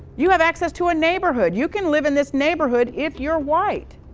you have access to a neighborhood. you can live in this neighborhood if you're white.